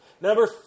Number